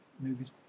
movies